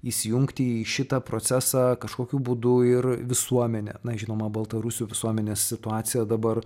įsijungti į šitą procesą kažkokiu būdu ir visuomenė na žinoma baltarusių visuomenės situacija dabar